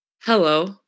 hello